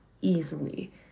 easily